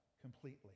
completely